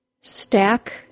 Stack